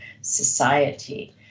society